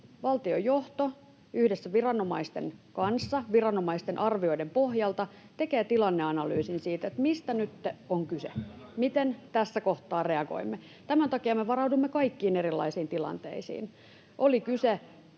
val-tiojohto yhdessä viranomaisten kanssa, viranomaisten arvioiden pohjalta, tekee tilanneanalyysin siitä, mistä nytten on kyse, miten tässä kohtaa reagoimme. Tämän takia me varaudumme kaikkiin erilaisiin tilanteisiin, [Mari